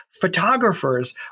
Photographers